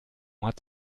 hat